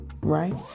right